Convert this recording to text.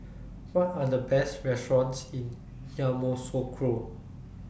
What Are The Best restaurants in Yamoussoukro